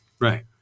right